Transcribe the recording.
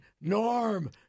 Norm